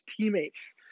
teammates